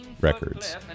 Records